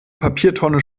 papiertonne